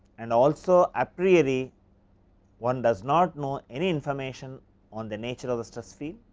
and also apriori one does not know any information on the nature of the stress field,